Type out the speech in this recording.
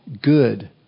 good